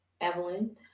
Evelyn